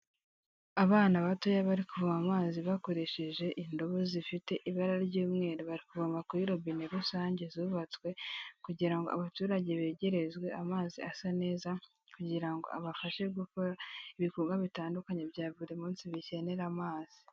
Abana batoya bari kuvo amazi bakoresheje indobo zifite ibara ry'umweru baravoma kuri robine rusange zubatswe kugira abaturage begerezwe amazi asa neza kugira ngo abafashe gukora ibikorwa bitandukanye bya buri munsi bikenera amazi.